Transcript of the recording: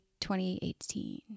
2018